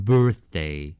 Birthday